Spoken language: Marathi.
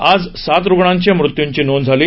आज सात रुग्णांच्या मृत्यूची नोंद झाली